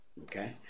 Okay